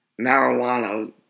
marijuana